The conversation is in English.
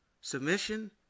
submission